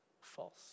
false